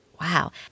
Wow